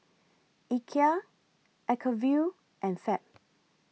Ikea Acuvue and Fab